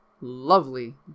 Lovely